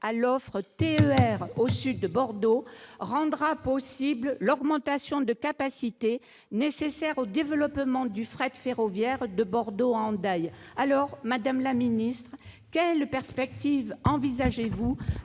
à l'offre TER au sud de Bordeaux rendra possible l'augmentation de capacité nécessaire au développement du fret ferroviaire de Bordeaux à Hendaye. Veuillez conclure ! Madame la ministre, quelles perspectives envisagez-vous